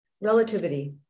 relativity